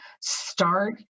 start